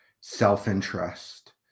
self-interest